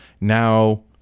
now